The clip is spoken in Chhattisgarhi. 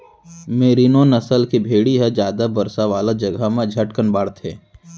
मेरिनों नसल के भेड़ी ह जादा बरसा वाला जघा म झटकन बाढ़थे